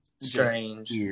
strange